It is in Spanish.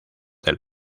del